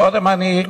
קודם אני,